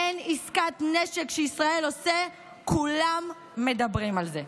אין עסקת נשק שישראל עושה, כולם מדברים על זה.